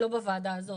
לא בוועדה הזאת.